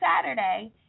Saturday